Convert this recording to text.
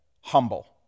humble